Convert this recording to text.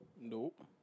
Nope